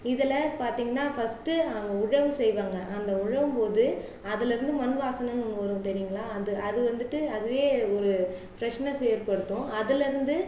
இதில் பார்த்தீங்கன்னா ஃபஸ்ட் அவங்க உழவு செய்வாங்க அந்த உழவும் போது அதுலிருந்து மண் வாசனைன்னு ஒன்று வரும் தெரியுங்களா அது அது வந்துட்டு அதுவே ஒரு ஃப்ரஷ்னெஸை ஏற்படுத்தும் அதுலிருந்து